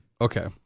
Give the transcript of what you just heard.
Okay